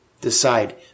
decide